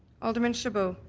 alderman chabot?